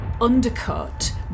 undercut